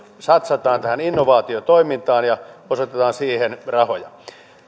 satsataan tähän innovaatiotoimintaan ja osoitetaan siihen rahoja